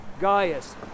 Gaius